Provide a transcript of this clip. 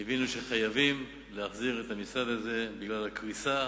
הבינו שחייבים להחזיר את המשרד הזה, בגלל הקריסה